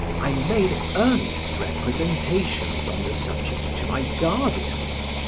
i made earnest representations on the subject to my guardians,